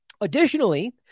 Additionally